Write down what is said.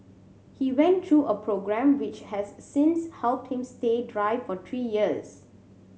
he went through a programme which has since helped him stay dry for three years